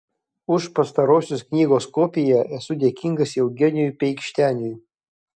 už pastarosios knygos kopiją esu dėkingas eugenijui peikšteniui